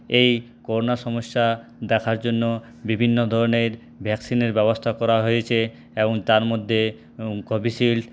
এই করোনা সমস্যা দেখার জন্য বিভিন্ন ধরণের ভ্যাকসিনের ব্যবস্থা করা হয়েছে এবং তার মধ্যে কোভিশিল্ড